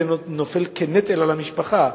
זה נופל כנטל על המשפחה,